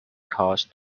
cause